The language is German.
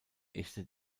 echte